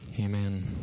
Amen